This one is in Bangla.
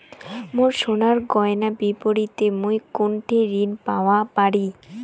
মোর সোনার গয়নার বিপরীতে মুই কোনঠে ঋণ পাওয়া পারি?